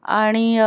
आणि